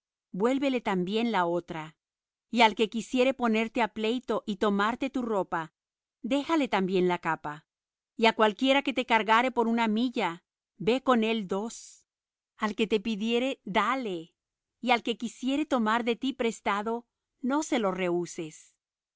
vuélvele también la otra y al que quisiere ponerte á pleito y tomarte tu ropa déjale también la capa y á cualquiera que te cargare por una milla ve con él dos al que te pidiere dale y al que quisiere tomar de ti prestado no se lo rehuses